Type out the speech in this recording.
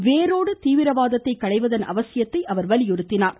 வேரோடு எனவே தீவிரவாதத்தை களைவதன் அவசியத்தை அவர் வலியுறுத்தினார்